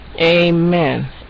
Amen